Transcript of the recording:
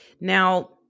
Now